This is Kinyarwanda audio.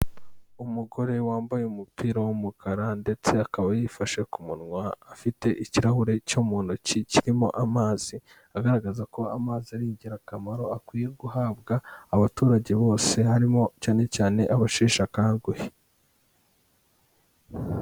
Umugore wambaye umupira w'umukara ndetse akaba yifashe ku munwa afite ikirahure cyo mu ntoki kirimo amazi, agaragaza ko amazi ari ingirakamaro akwiye guhabwa abaturage bose, harimo cyane cyane abasheshe akanguhe.